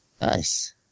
Nice